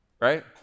right